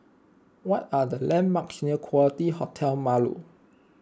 what are the landmarks near Quality Hotel Marlow